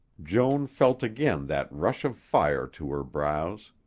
joan felt again that rush of fire to her brows.